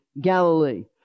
Galilee